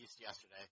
yesterday